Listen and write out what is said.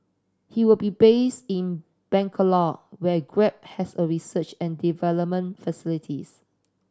he will be based in Bangalore where Grab has a research and development facility